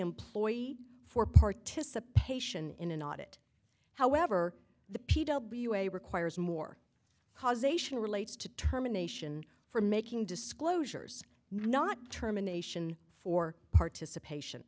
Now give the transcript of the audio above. employee for participation in an audit however the p w a requires more causation relates to terminations for making disclosures not terminations for participation